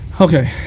Okay